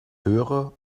höre